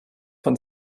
von